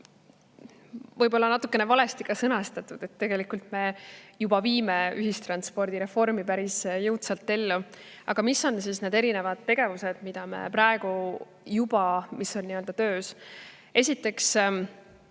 Võib-olla on see natukene valesti sõnastatud, sest tegelikult me juba viime ühistranspordireformi päris jõudsalt ellu. Aga mis on need erinevad tegevused, mida me praegu [teeme], mis on töös? Esiteks